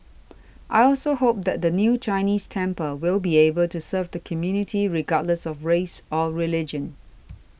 I also hope that the new Chinese temple will be able to serve the community regardless of race or religion